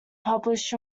published